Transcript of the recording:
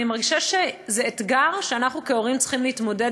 אני מרגישה שזה אתגר שאנחנו כהורים צריכים להתמודד